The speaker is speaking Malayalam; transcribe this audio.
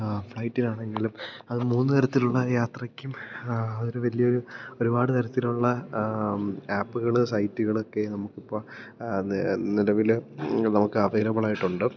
ഫ്ലൈറ്റിനാണെങ്കിലും അത് മൂന്ന് തരത്തിലുള്ള യാത്രയ്ക്കും അതൊരു വലിയ ഒരു ഒരുപാട് തരത്തിലുള്ള ആപ്പ്കൾ സൈറ്റ്കളൊക്കെ നമുക്കിപ്പോൾ നിലവിൽ നമുക്ക് അവൈലബിൾ ആയിട്ടുണ്ട്